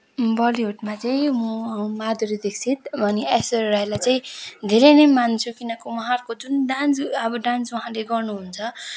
बलिउडमा चाहिँ म माधुरी दीक्षित अनि ऐश्वर्या रायलाई चाहिँ धेरै नै मान्छु किनकि उहाँहरूको जुन डान्स अब डान्स उहाँले गर्नुहुन्छ